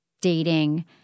dating